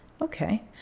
Okay